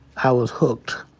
i was hooked.